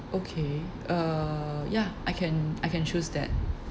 okay uh ya I can I can choose that